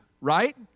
right